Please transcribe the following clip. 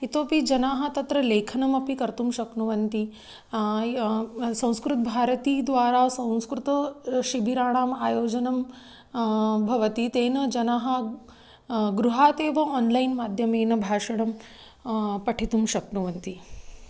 इतोपि जनाः तत्र लेखनमपि कर्तुं शक्नुवन्ति य संस्कृत्भारती द्वारा संस्कृते शिबिराणाम् आयोजनं भवति तेन जनाः गृहात् एव आन्लैन् माध्यमेन भाषणं पठितुं शक्नुवन्ति